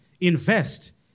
invest